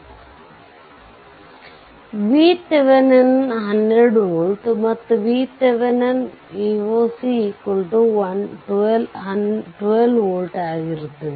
ಆದ್ದರಿಂದ VThevenin 12 volt ಮತ್ತು VThevenin Voc 1 2v ಆಗಿರುತ್ತದೆ